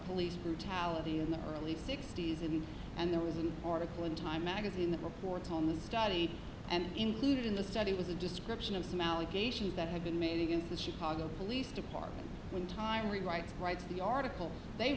police brutality in the early sixty's and and there was an article in time magazine that reports on the study and included in the study was a description of some out that had been made against the chicago police department one time rewrites writes the article they